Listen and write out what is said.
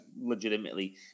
legitimately